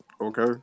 Okay